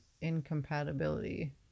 incompatibility